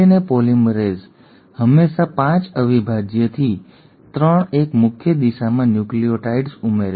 polymerase હંમેશાં ૫ અવિભાજ્યથી ૩ એક મુખ્ય દિશામાં ન્યુક્લિઓટાઇડ્સ ઉમેરે છે